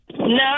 No